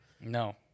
No